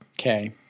Okay